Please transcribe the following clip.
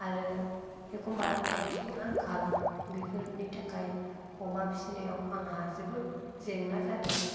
आरो एखमब्ला रांखान्थिनि आंखाल बेफोरनि थाखाय अमा फिनायाव आंहा जोबोद जेंना जादों